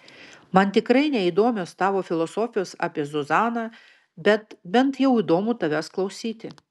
man tikrai neįdomios tavo filosofijos apie zuzaną bet bent jau įdomu tavęs klausyti